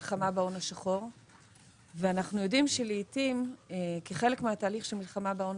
היא מלחמה בהון השחור ואנחנו יודעים שלעתים כחלק מהתהליך של מלחמה בהון